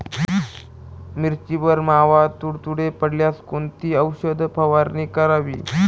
मिरचीवर मावा, तुडतुडे पडल्यास कोणती औषध फवारणी करावी?